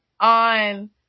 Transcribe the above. on